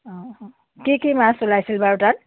অঁ কি কি মাছ ওলাইছিল বাৰু তাত